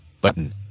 Button